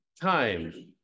time